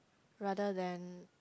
rather than